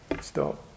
stop